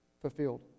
fulfilled